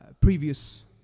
previous